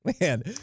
Man